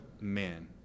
men